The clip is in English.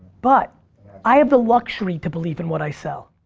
but i have the luxury to believe in what i sell.